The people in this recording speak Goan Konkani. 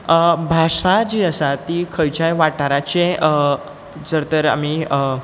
भाशा जी आसा ती खंयच्याय वाठाराचें जर तर आमी